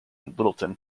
littleton